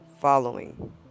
following